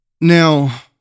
Now